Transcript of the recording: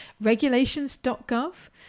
Regulations.gov